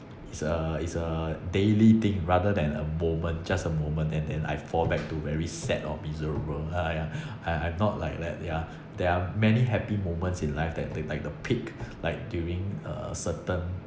it's a it's a daily thing rather than a moment just a moment and then I fall back to very sad or miserable !aiya! I I'm not like like ya there are many happy moments in life that they like the peak like during a certain